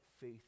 faith